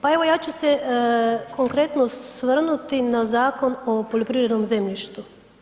Pa evo ja ću se konkretno osvrnuti na Zakon o poljoprivredom zemljištu.